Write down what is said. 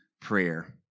prayer